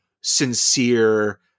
sincere